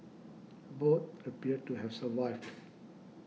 both appeared to have survived